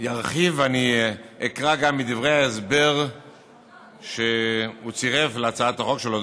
ארחיב ואקרא גם מדברי ההסבר שהוא צירף להצעת החוק שלו.